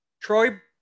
Troy